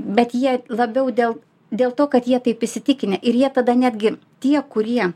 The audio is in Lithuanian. bet jie labiau dėl dėl to kad jie taip įsitikinę ir jie tada netgi tie kurie